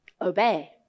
obey